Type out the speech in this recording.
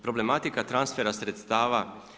Problematika transfera sredstava.